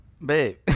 Babe